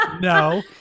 No